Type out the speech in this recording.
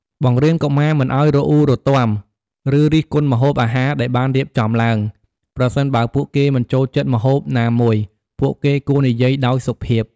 បង្រៀនកុមារមិនឲ្យរអ៊ូរទាំ ឬរិះគន់ម្ហូបអាហារដែលបានរៀបចំឡើង ប្រសិនបើពួកគេមិនចូលចិត្តម្ហូបណាមួយ ពួកគេគួរនិយាយដោយសុភាព។